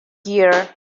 gear